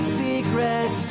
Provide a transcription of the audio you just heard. secret